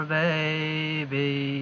baby